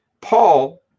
Paul